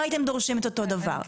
לא הייתם דורשים את אותו הדבר.